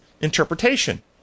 interpretation